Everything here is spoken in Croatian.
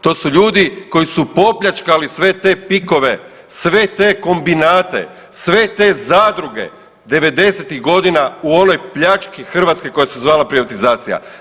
To su ljudi koji su poopljačkali sve te PIK-ove, sve te kombinate, sve te zadruge devedesetih godina u onoj pljački Hrvatske koja se zvala privatizacija.